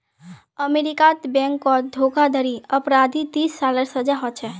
अमेरीकात बैनकोत धोकाधाड़ी अपराधी तीस सालेर सजा होछे